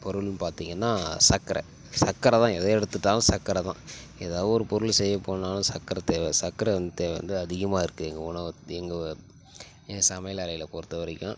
பொருள்னு பார்த்தீங்கன்னா சக்கரை சக்கரை தான் எதை எடுத்துட்டாலும் சக்கரை தான் எதாவது ஒரு பொருள் செய்யப் போனாலும் சக்கரை தேவை சக்கரை வந்து தேவை வந்து அதிகமாக இருக்கு எங்கள் உணவகத் எங்கள் எங்கள் சமையலறையில் பொறுத்த வரைக்கும்